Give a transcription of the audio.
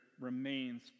remains